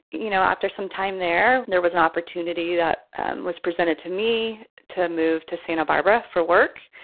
you know, after some time there, there was an opportunity that was presented to me to move to santa barbara for work.